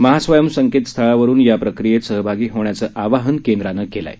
महास्वयं संकेत स्थळांवरुन याप्रक्रियेत सहभागी होण्याचं आवाहन केंद्रानं केलं आहे